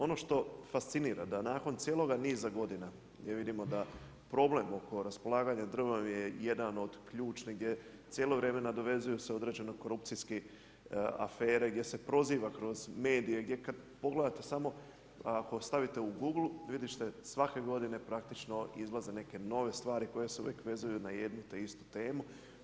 Ono što fascinira, da nakon cijeloga niza godina gdje vidimo da problem oko raspolaganja drvom je jedan od ključnih, gdje cijelo vrijeme nadovezuju se određene korupcijske afere, gdje se proziva kroz medije, gdje kad pogledate samo kad stavite u Googleu vidjet ćete svake godine praktično izlaze neke nove stvari koje su uvijek vezuju na jednu te istu temu.